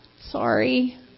Sorry